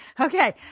Okay